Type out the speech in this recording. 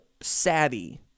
savvy